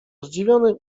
zdziwiony